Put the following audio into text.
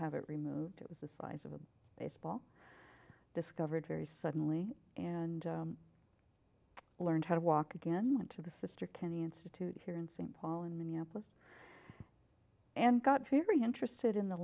have it removed it was the size of a baseball discovered very suddenly and learned how to walk again went to the sister kenny institute here in st paul in minneapolis and got very interested in the